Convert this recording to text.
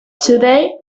today